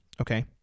Okay